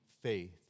faith